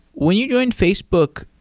when you joined facebook,